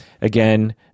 again